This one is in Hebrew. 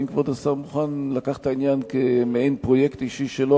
האם כבוד השר מוכן לקחת את העניין כמעין פרויקט אישי שלו,